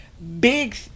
Big